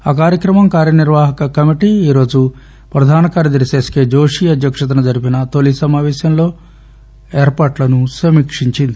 ఆ కార్యక్రమం కార్యనిర్వాహక కమిటీ ఈరోజు ప్రధాన కార్యదర్ని ఎస్కే జోషి అధ్యక్షతన జరిపిన తొలి సమాపేశంలో ఏర్పాట్లను సమీక్షించింది